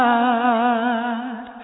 God